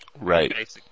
Right